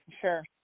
sure